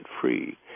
Free